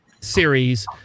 series